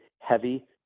heavy